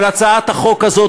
אבל הצעת החוק הזאת,